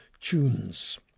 Tunes